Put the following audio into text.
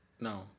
No